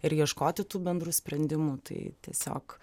ir ieškoti tų bendrų sprendimų tai tiesiog